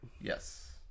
Yes